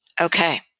Okay